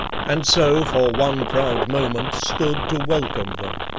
and so for one proud moment stood to welcome them.